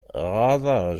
غادر